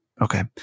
okay